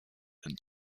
and